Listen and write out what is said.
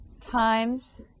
times